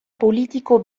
politiko